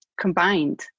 combined